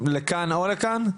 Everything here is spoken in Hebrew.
לכאן או לכאן?